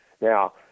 Now